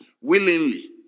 willingly